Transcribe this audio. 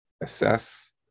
assess